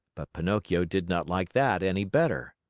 but pinocchio did not like that any better.